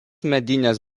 medinės